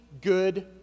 good